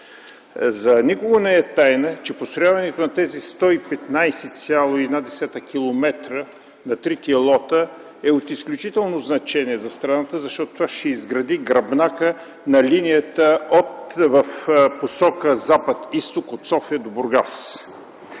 За никого не е тайна, че построяването на тези 115,1 км на трите лота е от изключително значение за страната, защото това ще изгради гръбнака на линията в посока запад – изток от София до Бургас.